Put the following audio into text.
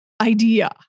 idea